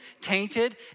tainted